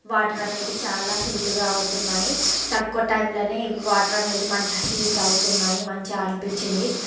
water అనేది చాలా హీటుగా అవుతున్నాయి తక్కువ టైంలనే వాటర్ అనేది మంచిగా హీటు అవుతున్నాయి మంచిగా అనిపించింది